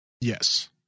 Yes